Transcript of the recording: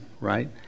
right